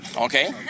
Okay